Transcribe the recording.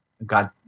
God